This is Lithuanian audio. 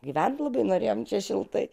gyvent labai norėjom čia šiltai